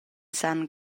san